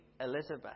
Elizabeth